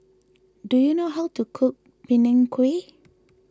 do you know how to cook Png Kueh